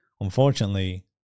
unfortunately